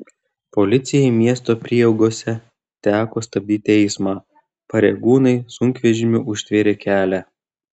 policijai miesto prieigose teko stabdyti eismą pareigūnai sunkvežimiu užtvėrė kelią